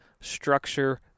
structure